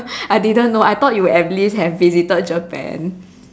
I didn't know I thought you would at least have visited Japan